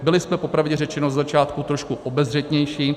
Byli jsme popravdě řečeno ze začátku trošku obezřetnější.